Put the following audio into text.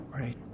right